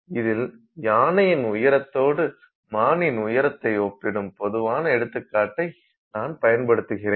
இதில் யானையின் உயரத்தோடு மானின் உயரத்தை ஒப்பிடும் பொதுவான எடுத்துக்காட்டை நான் பயன்படுத்துகிறேன்